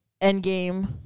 Endgame